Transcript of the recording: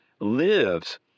lives